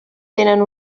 tenen